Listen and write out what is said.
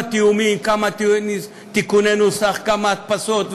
אבל כמה תיאומים, כמה תיקוני נוסח, כמה הדפסות,